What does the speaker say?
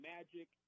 Magic